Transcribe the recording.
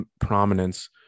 prominence